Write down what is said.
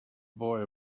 boy